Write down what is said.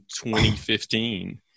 2015